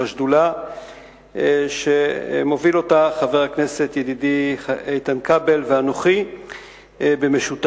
של השדולה שמובילים חבר הכנסת ידידי איתן כבל ואנוכי במשותף,